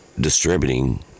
distributing